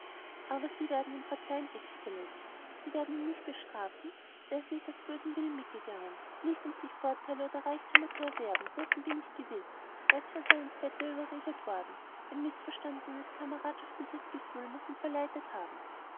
aber sie werden ihm verzeihen exzellenz sie werden ihn nicht bestrafen er ist nicht aus bösem willen mitgegangen nicht um sich vorteile oder reichtümer zu erwerben dessen bin ich gewiß er ist von seinem vetter überredet worden ein mißverstandenes kameradschaftliches gefühl muß ihn verleitet haben